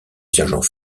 sergent